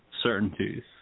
certainties